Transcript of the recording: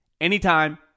anytime